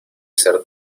ser